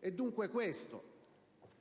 È dunque questo